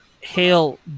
hail